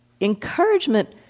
encouragement